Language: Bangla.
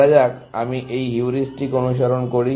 ধরা যাক আমি এই হিউরিস্টিক অনুসরণ করি